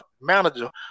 manager